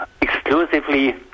exclusively